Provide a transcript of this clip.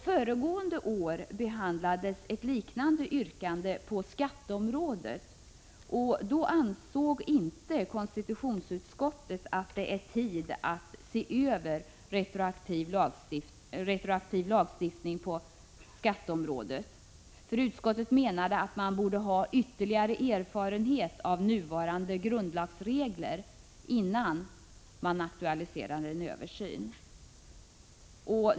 Föregående år behandlades ett liknande yrkande på skatteområdet. Då ansåg konstitutionsutskottet att det inte var tid att se över retroaktiv lagstiftning på skatteområdet. Utskottet menade att man borde ha ytterligare erfarenheter av nuvarande grundlagsregler innan man aktualiserar en översyn.